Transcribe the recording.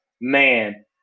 man